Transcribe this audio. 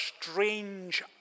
strange